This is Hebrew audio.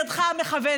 את ידך המכוונת.